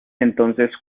entonces